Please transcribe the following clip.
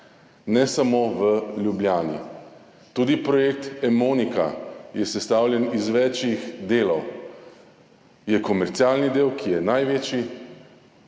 ne samo v Ljubljani. Tudi projekt Emonika je sestavljen iz več delov – komercialnega dela, ki je največji,